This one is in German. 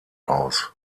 aus